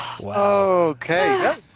Okay